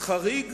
חריג